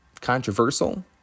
Controversial